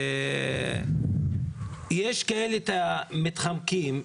יש כאלה שמתחמקים,